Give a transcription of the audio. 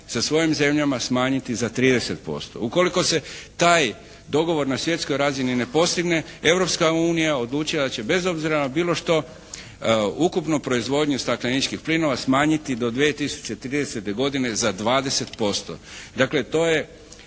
sa svojim zemljama smanjiti za 30%. Ukoliko se taj dogovor na svjetskoj razini ne postigne Europska unija odlučila je da će bez obzira na bilo što ukupnu proizvodnju stakleničkih plinova smanjiti do 2030. godine za 20%. Dakle to je